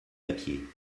papier